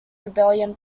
rebellion